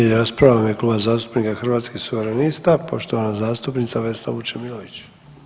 Slijedi rasprava u ime Kluba zastupnika Hrvatskih suverenista, poštovana zastupnica Vesna Vučemilović.